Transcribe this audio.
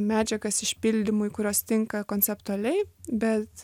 medžiagas išpildymui kurios tinka konceptualiai bet